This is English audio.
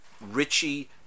Richie